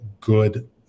good